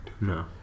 no